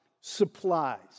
supplies